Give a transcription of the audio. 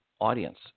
audience